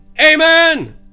amen